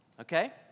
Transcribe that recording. okay